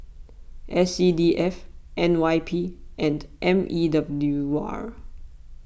S C D F N Y P and M E W R